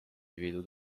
viidud